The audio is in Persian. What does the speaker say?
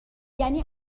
یعنی